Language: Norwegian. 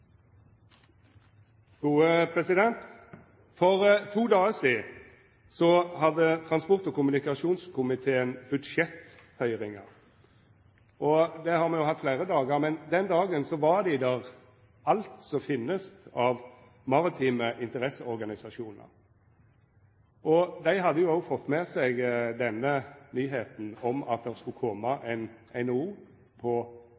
For to dagar sidan hadde transport- og kommunikasjonskomiteen budsjetthøyringar. Det har me hatt fleire dagar, men den dagen var dei der, alt som finst av maritime interesseorganisasjonar. Dei hadde òg fått med seg nyheita om at det skulle